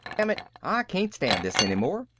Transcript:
dammit, i can't stand this any more,